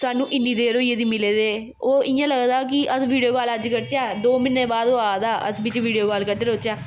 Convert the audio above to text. सानूं इन्नी देर होई गेदी मिले दे ओह् इ'यां लगदा कि अस वीडियो कॉल अज्ज करचै दो म्हीने बाद ओह् आखदा अस बिच्च वीडियो कॉल करदे रौह्चै